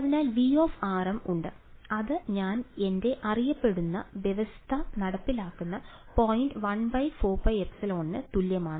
അതിനാൽ V ഉണ്ട് അത് ഞാൻ എന്റെ അറിയപ്പെടുന്ന വ്യവസ്ഥ നടപ്പിലാക്കുന്ന പോയിന്റ് 14πε ന് തുല്യമാണ്